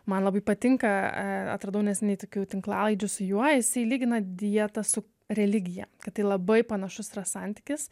man labai patinka a atradau neseniai tokių tinklalaidžių su juo jisai lygina dietą su religija kad tai labai panašus yra santykis